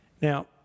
Now